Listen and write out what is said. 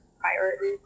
priority